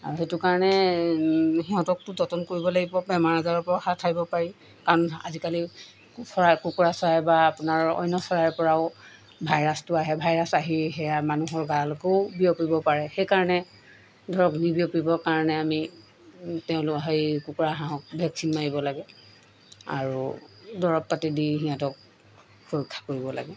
আৰু সেইটো কাৰণে সিহঁতকতো যতন কৰিব লাগিব বেমাৰ আজাৰৰ পৰা হাত সাৰিব পাৰি কাৰণ আজিকালি চৰাই কুকুৰা চৰাই বা আপোনাৰ অন্য চৰাইৰ পৰাও ভাইৰাছটো আহে ভাইৰাছ আহি সেয়া মানুহৰ গালৈকেও বিয়পিব পাৰে সেইকাৰণে ধৰক নিবিয়পিবৰ কাৰণে আমি তেওঁলোক সেই কুকুৰা হাঁহক ভেকচিন মাৰিব লাগে আৰু দৰৱ পাতি দি সিহঁতক সুৰক্ষা কৰিব লাগে